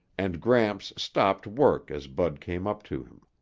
and gramps stopped work as bud came up to him.